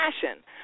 passion